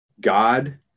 God